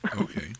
Okay